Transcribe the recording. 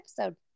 episode